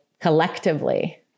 collectively